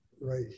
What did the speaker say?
right